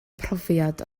profiad